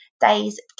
days